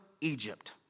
Egypt